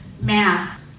math